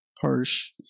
harsh